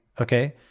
okay